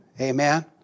Amen